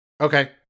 Okay